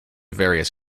various